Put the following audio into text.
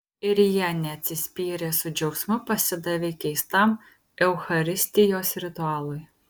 ir jie neatsispyrė su džiaugsmu pasidavė keistam eucharistijos ritualui